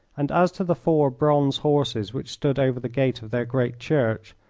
and as to the four bronze horses which stood over the gate of their great church,